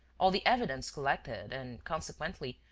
all the evidence collected and, consequently,